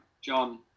John